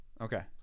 okay